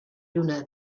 luna